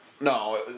No